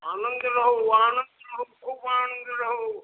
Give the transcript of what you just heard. आनन्द रहु आनन्द रहु खूब आनन्द रहु